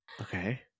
Okay